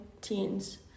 teens